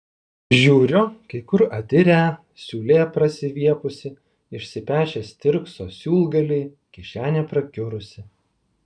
žiūriu kai kur atirę siūlė prasiviepusi išsipešę stirkso siūlgaliai kišenė prakiurusi